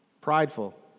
prideful